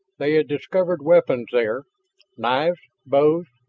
they had discovered weapons there knives, bows,